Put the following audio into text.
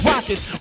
Rockets